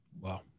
Wow